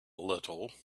little